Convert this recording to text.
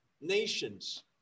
nations